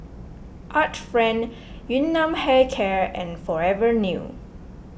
Art Friend Yun Nam Hair Care and Forever New